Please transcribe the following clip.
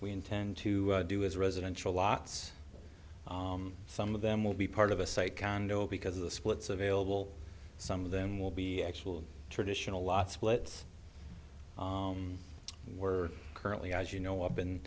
we intend to do as residential lots some of them will be part of a site condo because of the splits available some of them will be actual traditional lot splits and we're currently as you know